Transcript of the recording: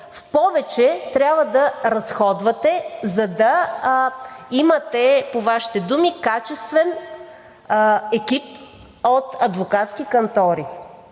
в повече трябва да разходвате, за да имате, по Вашите думи, качествен екип от адвокатски кантори.